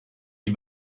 die